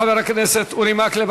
תודה לחבר הכנסת אורי מקלב.